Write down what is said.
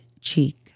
cheek